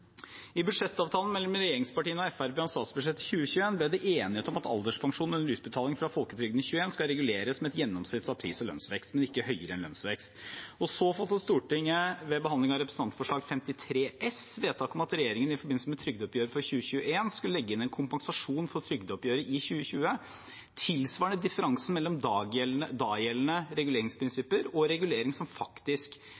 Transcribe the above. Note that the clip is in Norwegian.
I budsjettavtalen mellom regjeringspartiene og Fremskrittspartiet om statsbudsjettet 2021 ble det enighet om at alderspensjonen under utbetaling fra folketrygden i 2021 skal reguleres med et gjennomsnitt av pris- og lønnsvekst, men ikke høyere enn lønnsvekst. Så fattet Stortinget ved behandling av Representantforslag 53 S for 2020–2021 vedtak om at regjeringen i forbindelse med trygdeoppgjøret for 2021 skulle legge inn en kompensasjon for trygdeoppgjøret i 2020 tilsvarende differansen mellom dagjeldende